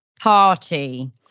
party